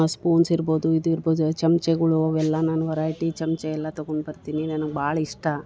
spoons ಇರ್ಬೋದು ಇದು ಇರ್ಬೋದು ಚಂಚೆಗೊಳು ಅವೆಲ್ಲ ನಾನು ವೊರೈಟಿ ಚಂಚೆ ಎಲ್ಲ ತಗೊಂಡ್ಬರ್ತೀನಿ ನನಗೆ ಭಾಳ ಇಷ್ಟ